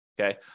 okay